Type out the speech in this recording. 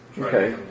Okay